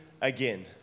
again